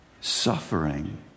Suffering